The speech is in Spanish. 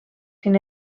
sin